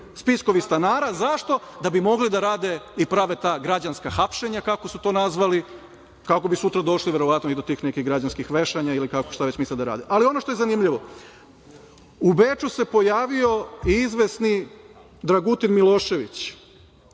spiskovi stanara. Zašto? Da bi mogli da rade i prave ta građanska hapšenja, kako su to nazvali, kako bi sutra došli verovatno i do tih nekih građanskih vešanja ili šta već misle da rade. Ono što je zanimljivo, u Beču se pojavio i izvesni Dragutin Milošević,